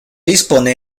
dispone